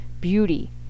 beauty